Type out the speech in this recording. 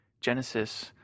Genesis